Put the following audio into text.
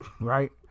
Right